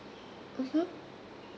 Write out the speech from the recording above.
(uh huh)